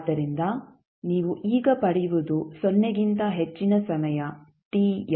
ಆದ್ದರಿಂದ ನೀವು ಈಗ ಪಡೆಯುವುದು ಸೊನ್ನೆಗಿಂತ ಹೆಚ್ಚಿನ ಸಮಯ t ಯ